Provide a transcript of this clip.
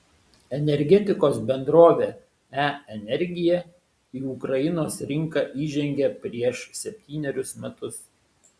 energetikos bendrovė e energija į ukrainos rinką įžengė prieš septynerius metus